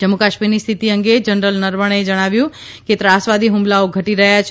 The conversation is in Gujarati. જમ્મુ કાશ્મીરની સ્થિતિ અંગે જનરલ નરવણેએ જણાવ્યુંકે ત્રાસવાદી હુમલાઓ ધટી રહ્યા છે